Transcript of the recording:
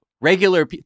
Regular